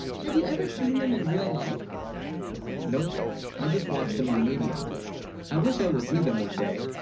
have you, ever seen them in real life nope i just watched them on media i wish i will see them one day